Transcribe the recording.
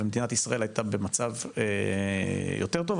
ומדינת ישראל הייתה במצב יותר טוב,